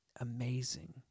amazing